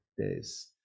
days